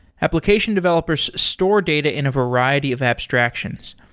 application developers store data in a variety of abstractions.